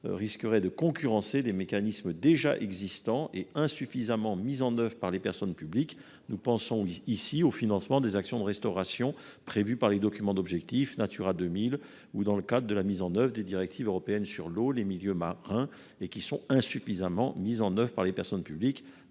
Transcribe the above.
risquerait de concurrencer des mécanismes déjà existants et insuffisamment mis en application par les personnes publiques. Nous pensons ici au financement des actions de restauration prévues par les documents d'objectifs Natura 2000 ou dans le cadre de la mise en oeuvre des directives européennes sur l'eau et les milieux marins. Concentrons-nous sur l'existant plutôt